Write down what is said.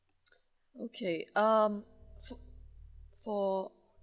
okay um so for